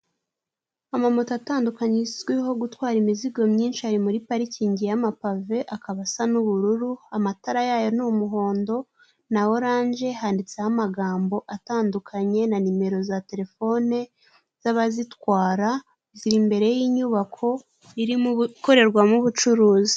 Amamoto atandukanye azwiho gutwara imizigo myinshi ari muri parikingi y'amapave akaba asa n'ubururu amatara yayo ni umuhondo na orange handitseho amagambo atandukanye na nimero za telefone z'abazitwara ziri imbere y'inyubako irimo gukorerwamo ubucuruzi.